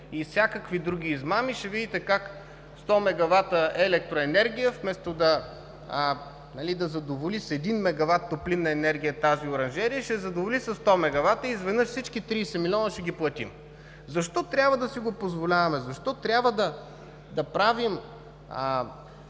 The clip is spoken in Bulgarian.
и всякакви други измами ще видите как 100 мегавата електроенергия, вместо да задоволи с един мегават топлинна енергия тази оранжерия, ще я задоволи със 100 мегавата и изведнъж всички 30 милиона ще ги платим. Защо трябва да си го позволяваме, защо трябва да правим